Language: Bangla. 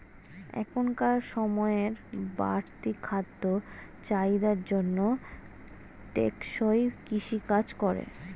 এখনকার সময়ের বাড়তি খাদ্য চাহিদার জন্য টেকসই কৃষি কাজ করে